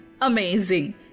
Amazing